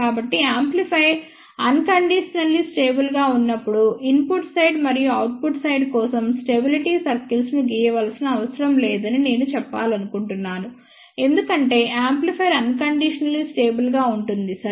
కాబట్టి amplifier unconditionally stable గా ఉన్నప్పుడు ఇన్పుట్ సైడ్ మరియు అవుట్పుట్ సైడ్ కోసం స్టెబిలిటీ సర్కిల్ను గీయవలసిన అవసరం లేదని నేను చెప్పాలనుకుంటున్నాను ఎందుకంటే యాంప్లిఫైయర్ అన్ కండీషనల్లీ స్టేబుల్ గా ఉంటుంది సరే